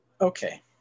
Okay